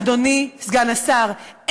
אדוני סגן השר,